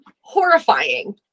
Horrifying